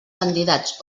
candidats